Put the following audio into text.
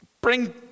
bring